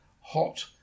hot